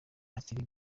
hakiri